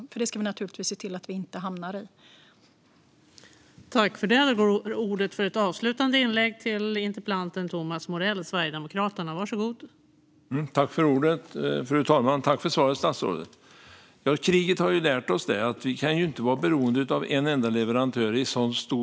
Naturligtvis ska vi se till att inte hamna i sådana.